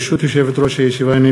ברשות יושבת-ראש הישיבה,